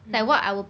mm